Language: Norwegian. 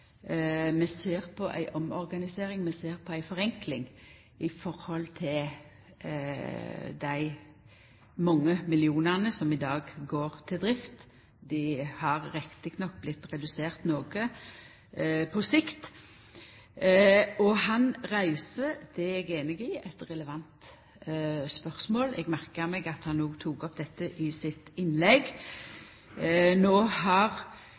ser på ei omorganisering, og vi ser på ei forenkling når det gjeld dei mange millionane som i dag går til drift. Dei har riktignok vorte reduserte noko på sikt. Han reiser – det er eg einig i – eit relevant spørsmål. Eg merka meg at han òg tok opp dette i innlegget sitt.